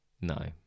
No